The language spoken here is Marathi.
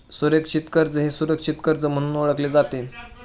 सुरक्षित कर्ज हे सुरक्षित कर्ज म्हणून ओळखले जाते